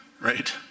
right